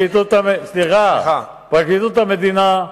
פרקליטות המדינה,